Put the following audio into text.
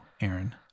Aaron